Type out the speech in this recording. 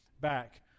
back